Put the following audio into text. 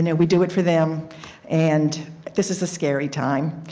yeah we do it for them and this is a scary time.